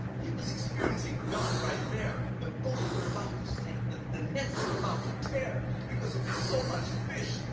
he was experiencing god right there. the boats were about to sink. the the nets were about to tear, because of so much fish.